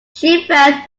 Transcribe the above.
felt